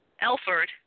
Elford